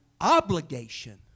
obligation